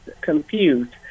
confused